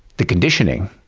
the conditioning,